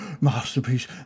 masterpiece